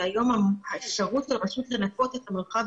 והיום האפשרות לרשות לנקות את המרחב